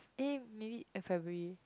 eh maybe February